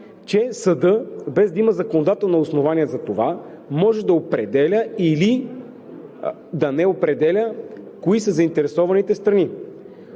че съдът, без да има законодателно основание за това, може да определя или да не определя кои са заинтересованите страни.